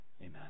Amen